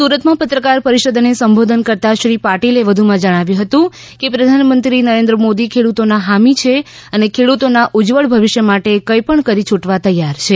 સુરતમાં પત્રકાર પરિષદને સંબોધન કરતાં શ્રી પાટિલે વધુમાં જણાવ્યું હતું કે પ્રધાનમંત્રી નરેન્દ્ર મોદી ખેડૂતોના હામી છે અને ખેડૂતોના ઉજ્જવળ ભવિષ્ય માટે કંઇ પણ કરી છુટવા તૈયાર છે